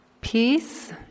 peace